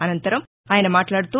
అసంతరం ఆయన మాట్లాడుతూ